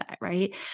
right